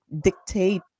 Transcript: dictate